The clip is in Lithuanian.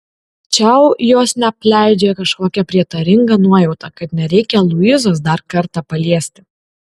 čiau jos neapleidžia kažkokia prietaringa nuojauta kad nereikia luizos dar kartą paliesti